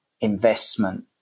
investment